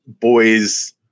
Boys